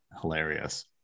hilarious